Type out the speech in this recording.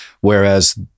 whereas